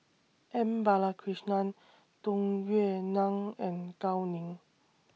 M Balakrishnan Tung Yue Nang and Gao Ning